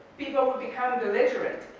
people become belligerent,